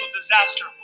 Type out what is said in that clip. disaster